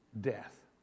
death